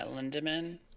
lindemann